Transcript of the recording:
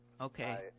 Okay